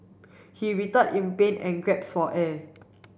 he in pain and for air